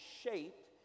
shaped